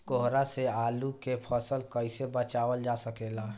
कोहरा से आलू के फसल कईसे बचावल जा सकेला?